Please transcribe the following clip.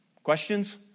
Questions